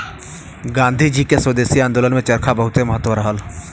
गांधी जी के स्वदेशी आन्दोलन में चरखा बहुते महत्व रहल